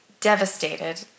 devastated